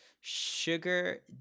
sugar